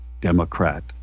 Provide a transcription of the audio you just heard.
Democrat